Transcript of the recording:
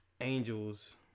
angels